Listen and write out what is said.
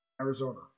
Arizona